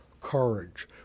courage